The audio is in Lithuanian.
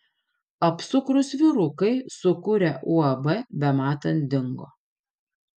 apsukrūs vyrukai sukūrę uab bematant dingo